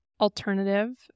Alternative